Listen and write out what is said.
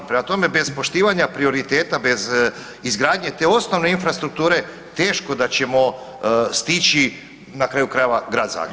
Prema tome, bez poštivanja prioriteta, bez izgradnje te osnovne infrastrukture teško da ćemo stići na kraju krajeva Grad Zagreb.